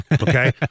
okay